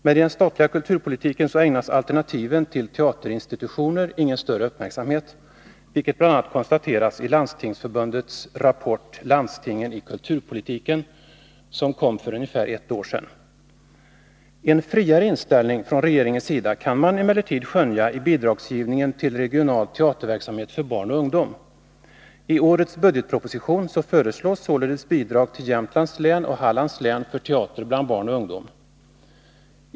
Men i den statliga kulturpolitiken ägnas alternativ till teaterinstitutionerna ingen större uppmärksamhet, vilket bl.a. konstateras i Landstingsförbundets rapport Landstingen i kulturpolitiken, som kom för ungefär ett år sedan. En friare inställning från regeringens sida kan man emellertid skönja i bidragsgivningen till regional teaterverksamhet för barn och ungdom. I årets budgetproposition föreslås således bidrag till Jämtlands län och Hallands län för teater bland barn och ungdom.